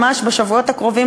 ממש בשבועות הקרובים,